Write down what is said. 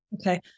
Okay